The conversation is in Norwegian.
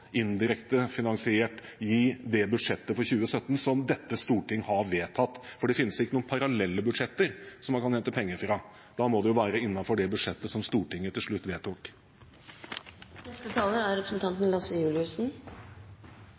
indirekte er finansiert i det budsjettet for 2017 som dette Stortinget har vedtatt? For det finnes ikke noen parallelle budsjetter som man kan hente penger fra. Da må det jo være innenfor det budsjettet som Stortinget til slutt